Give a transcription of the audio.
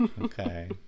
Okay